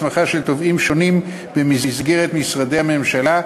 הסמכה של תובעים שונים במסגרת משרדי הממשלה,